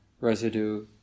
residue